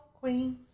queen